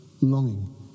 longing